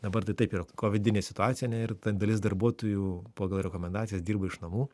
dabar tai taip yra kovidinė situacija ne ir dalis darbuotojų pagal rekomendacijas dirba iš namų